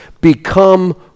become